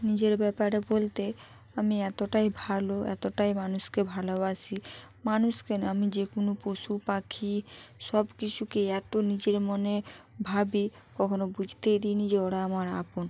নিজের ব্যাপারে বলতে আমি এতটাই ভাল এতটাই মানুষকে ভালোবাসি মানুষ কেন আমি যে কোনো পশু পাখি সব কিছুকেই এত নিজের মনে ভাবি কখনও বুঝতেই দিইনি যে ওরা আমার আপন